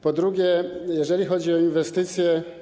Po drugie, jeżeli chodzi o inwestycje,